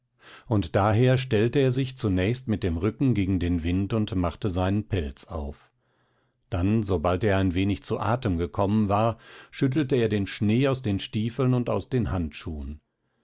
und daher stellte er sich zunächst mit dem rücken gegen den wind und machte seinen pelz auf dann sobald er ein wenig zu atem gekommen war schüttelte er den schnee aus den stiefeln und aus den handschuhen